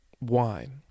wine